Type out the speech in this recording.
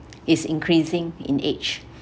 is increasing in age